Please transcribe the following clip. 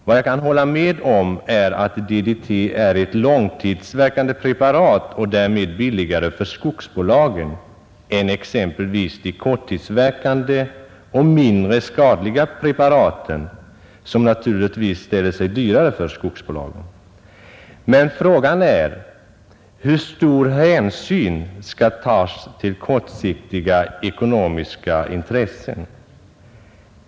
Vad jag kan hålla med om är att DDT är ett långtidsverkande preparat och därmed billigare för skogsbolagen än exempelvis de korttidsverkande och mindre skadliga preparaten som naturligtvis ställer sig dyrare för skogsbolagen. Men frågan är: Hur stor hänsyn skall tas till kortsiktiga ekonomiska intressen?